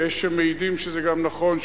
ויש שמעידים שזה גם נכון,